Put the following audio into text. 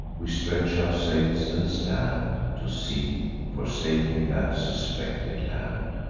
we stretch our sails, and stand to sea, forsaking that suspected land.